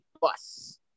bus